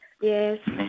Yes